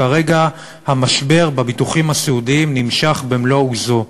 כרגע המשבר בביטוחים הסיעודיים נמשך במלוא עוזו.